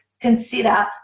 consider